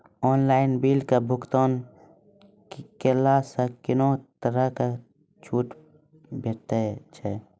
Online बिलक भुगतान केलासॅ कुनू तरहक छूट भेटै छै?